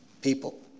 people